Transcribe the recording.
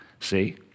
see